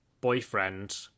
boyfriend